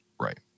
Right